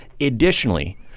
Additionally